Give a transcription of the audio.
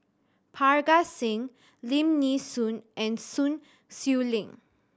Parga Singh Lim Nee Soon and Sun Xueling